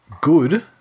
good